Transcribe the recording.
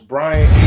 Brian